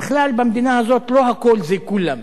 בכלל במדינה הזאת, לא הכול זה כולם.